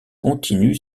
continue